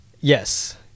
Yes